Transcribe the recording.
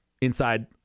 inside